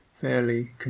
fairly